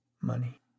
money